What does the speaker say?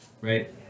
right